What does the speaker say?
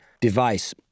device